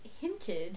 hinted